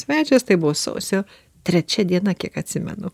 svečias tai buvo sausio trečia diena kiek atsimenu